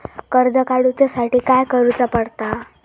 कर्ज काडूच्या साठी काय करुचा पडता?